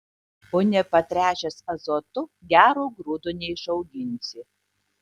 o nepatręšęs azotu gero grūdo neišauginsi